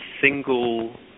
single